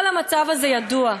כל המצב הזה ידוע,